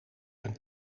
een